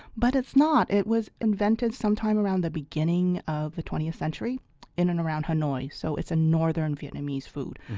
but it's not. it was invented sometime around the beginning of the twentieth century in and around hanoi so it's a northern vietnamese food.